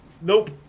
Nope